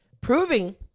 proving